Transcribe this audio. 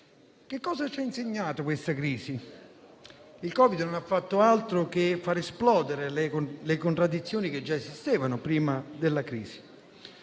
cosa ci ha insegnato questa crisi? Il Covid non ha fatto altro che far esplodere le contraddizioni che già esistevano prima della crisi.